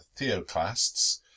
theoclasts